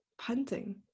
Punting